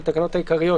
צהוב,